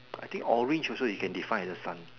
I think orange also you can define as the sun